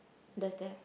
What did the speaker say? does that